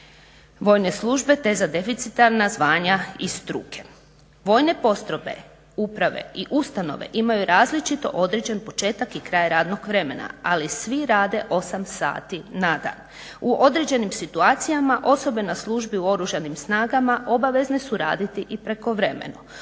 vojne službe te za deficitarna zvanja i struke. Vojne postrojbe, uprave i ustanove imaju različito određen početak i kraj radnog vremena, ali svi rade 8 sati na dan. U određenim situacijama osobe na službi u oružanim snagama obavezne su raditi i prekovremeno.